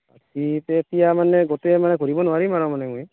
বাকী তে এতিয়া মানে গোটেই মানে ঘূৰিব নোৱাৰিম আৰু মানে মই